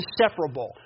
inseparable